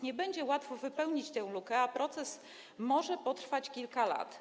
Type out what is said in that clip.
Nie będzie łatwo wypełnić tę lukę, a proces może potrwać kilka lat.